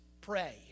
pray